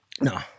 No